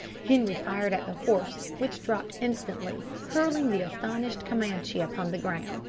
henri fired at the horse, which dropped instantly, hurling the astonished camanchee upon the ground,